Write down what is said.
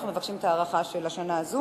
אנחנו מבקשים את ההארכה של השנה הזו.